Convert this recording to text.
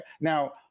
Now